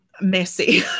messy